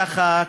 ככה,